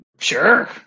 Sure